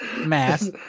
Mass